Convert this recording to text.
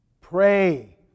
Pray